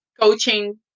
coaching